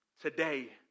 Today